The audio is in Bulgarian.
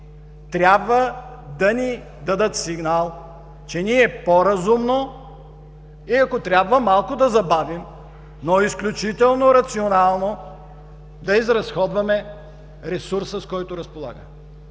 трябва да ни дадат сигнал, че ние по-разумно и ако трябва, малко да забавим, но изключително рационално да изразходваме ресурса, с който разполагаме.